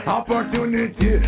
opportunity